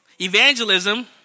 Evangelism